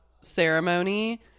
ceremony